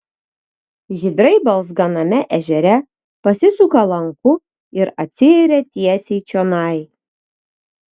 žydrai balzganame ežere pasisuka lanku ir atsiiria tiesiai čionai